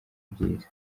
byiza